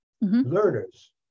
learners